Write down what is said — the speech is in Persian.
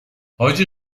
حاجی